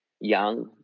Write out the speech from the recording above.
young